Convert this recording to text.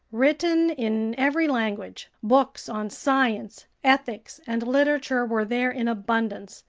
written in every language, books on science, ethics, and literature were there in abundance,